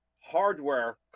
hardware